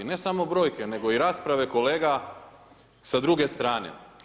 Ne samo brojke, nego i rasprave kolega sa druge strane.